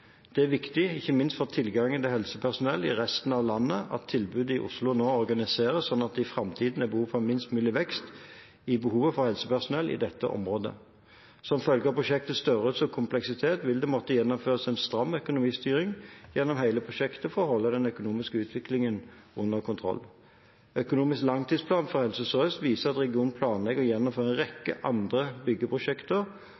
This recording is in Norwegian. Det er viktig ikke minst for tilgangen til helsepersonell i hele resten av landet at tilbudet i Oslo organiseres slik at det i framtiden er behov for minst mulig vekst i behovet for helsepersonell i dette området. Som følge av prosjektets størrelse og kompleksitet vil det måtte gjennomføres en stram økonomistyring gjennom hele prosjektet for å holde den økonomiske utviklingen under kontroll. Økonomisk langtidsplan for Helse Sør-Øst viser at regionen planlegger å gjennomføre en